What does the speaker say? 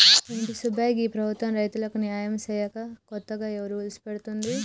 ఏంటి సుబ్బయ్య గీ ప్రభుత్వం రైతులకు న్యాయం సేయక కొత్తగా ఏవో రూల్స్ పెడుతోంది